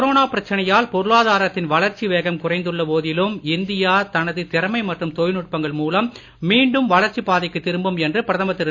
corona பிரச்சனையால் பொருளாதாரத்தின் வளர்ச்சி வேகம் குறைந்துள்ள போதிலும் இந்தியா தனது திறமை மற்றும் தொழில் நுட்பங்கள் மூலம் மீண்டும் வளர்ச்சிப் பாதைக்குத் திரும்பும் என்று பிரதமர் திரு